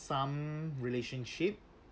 some relationship